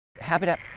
Habitat